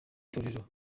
torero